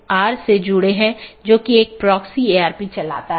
इसके बजाय BGP संदेश को समय समय पर साथियों के बीच आदान प्रदान किया जाता है